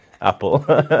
Apple